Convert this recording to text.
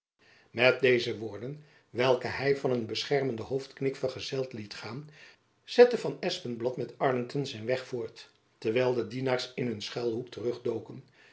met deze woorden welke hy van een beschermenden hoofdknik vergezeld liet gaan zette van espenblad met arlington zijn weg voort terwijl de dienaars in hun sluiphoek terug